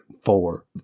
Four